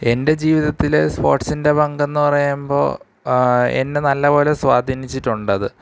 എൻ്റെ ജീവിതത്തില് സ്പോർട്സിൻ്റെ പങ്കെന്ന് പറയുമ്പോള് എന്നെ നല്ല പോലെ സ്വാധീനിച്ചിട്ടുണ്ട് അത്